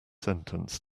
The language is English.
sentence